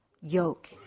yoke